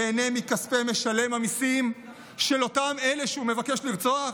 ייהנה מכספי משלם המיסים של אותם אלה שהוא מבקש לרצוח?